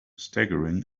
staggering